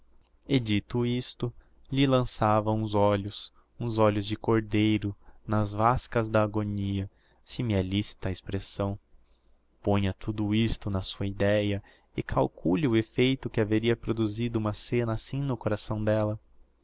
dito isto lhe lançava uns olhos uns olhos de cordeiro nas vascas da agonia se me é licita a expressão ponha tudo isto na sua ideia e calcule o effeito que haveria produzido uma scena assim no coração della